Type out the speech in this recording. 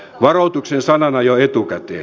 varoituksen sanana jo etukäteen